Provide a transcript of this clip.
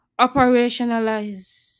operationalize